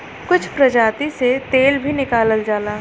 कुछ प्रजाति से तेल भी निकालल जाला